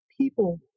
people